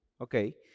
Okay